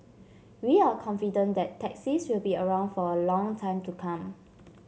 we are confident that taxis will be around for a long time to come